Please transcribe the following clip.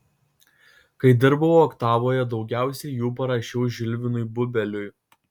kai dirbau oktavoje daugiausiai jų parašiau žilvinui bubeliui